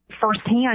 firsthand